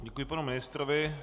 Děkuji panu ministrovi.